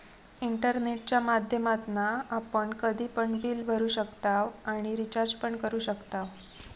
इंटरनेटच्या माध्यमातना आपण कधी पण बिल भरू शकताव आणि रिचार्ज पण करू शकताव